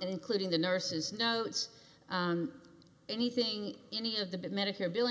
including the nurses notes anything any of the medicare billing